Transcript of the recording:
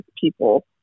people